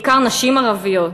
בעיקר נשים ערביות,